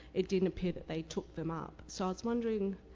it didn't appear that they took them up. so i was wondering,